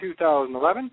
2011